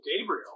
Gabriel